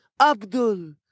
Abdul